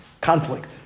conflict